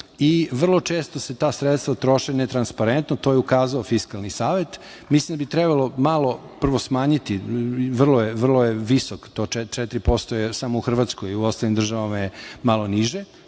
i vrlo često se ta sredstva troše netransparentno. To je ukazao Fiskalni savet. Mislim da bi trebalo malo prvo smanjiti, vrlo je visok, to 4% je samo u Hrvatskoj, u svim državama je malo niže.